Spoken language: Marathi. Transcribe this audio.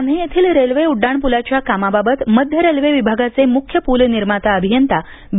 कान्हे येथील रेल्वे उड्डाणपूलाच्या कामाबाबत मध्य रेल्वे विभागाचे मुख्य पूल निर्माता अभियंता बी